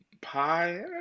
pie